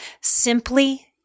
simply